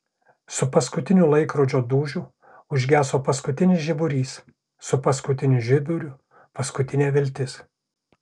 su paskutiniu laikrodžio dūžiu užgeso paskutinis žiburys su paskutiniu žiburiu paskutinė viltis